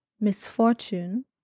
misfortune